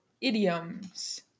idioms